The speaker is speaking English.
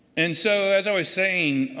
and so, as i was saying,